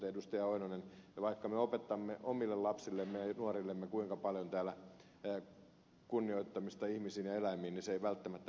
lauri oinonen vaikka me opetamme omille lapsillemme nuorillemme kuinka paljon täällä kunnioittamista ihmisiin ja eläimiin niin se ei välttämättä ylety näihin tekijöihin